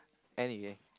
anyway